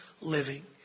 living